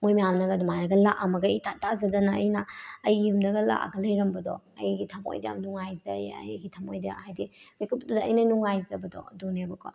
ꯃꯣꯏ ꯃꯌꯥꯝꯅꯒ ꯑꯗꯨꯃꯥꯏꯅꯒ ꯂꯥꯛꯑꯝꯃꯒ ꯏꯊꯥ ꯊꯥꯖꯗꯅ ꯑꯩꯅ ꯑꯩꯒꯤ ꯌꯨꯝꯗꯒ ꯂꯥꯛꯑꯒ ꯂꯩꯔꯝꯕꯗꯣ ꯑꯩꯒꯤ ꯊꯃꯣꯏꯗ ꯌꯥꯝ ꯅꯨꯡꯉꯥꯏꯖꯩ ꯑꯩꯒꯤ ꯊꯃꯣꯏꯗ ꯍꯥꯏꯗꯤ ꯃꯤꯀꯨꯞꯇꯨꯗ ꯑꯩꯅ ꯅꯨꯡꯉꯥꯏꯖꯕꯗꯣ ꯑꯗꯨꯅꯦꯕꯀꯣ